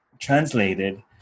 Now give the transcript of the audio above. translated